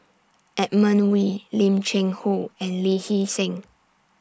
Edmund Wee Lim Cheng Hoe and Lee Hee Seng